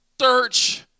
search